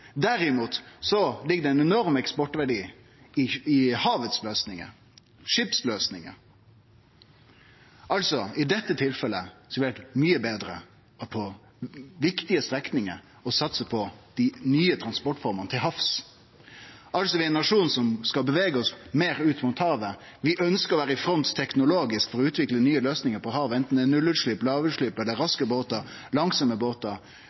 Derimot ligg det ein enorm eksportverdi i havets løysingar, i skipsløysingar. I dette tilfellet ville det vore mykje betre på viktige strekningar å satse på dei nye transportformene til havs. Vi er ein nasjon som skal bevege oss meir ut mot havet. Vi ønskjer å vere i front teknologisk for å utvikle nye løysingar for transport på havet, anten det er nullutslepp, lågutslepp eller raske båtar, langsame båtar,